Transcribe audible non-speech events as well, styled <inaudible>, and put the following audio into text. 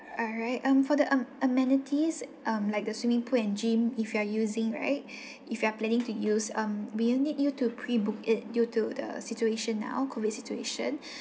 alright um for the um amenities um like the swimming pool and gym if you are using right <breath> if you are planning to use um we'll need you to pre-book it due to the situation now COVID situation <breath>